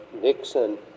nixon